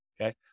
Okay